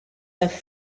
have